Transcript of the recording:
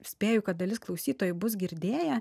spėju kad dalis klausytojų bus girdėję